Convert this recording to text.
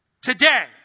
today